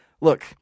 look